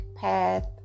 path